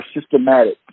systematic